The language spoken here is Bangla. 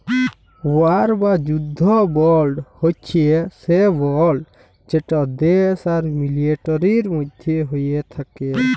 ওয়ার বা যুদ্ধ বল্ড হছে সে বল্ড যেট দ্যাশ আর মিলিটারির মধ্যে হ্যয়ে থ্যাকে